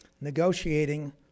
negotiating